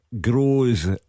grows